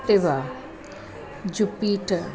Activa jupiter